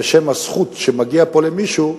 בשם הזכות שמגיעה פה למישהו,